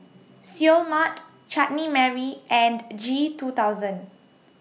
Seoul Mart Chutney Mary and G two thousand